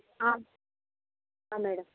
madam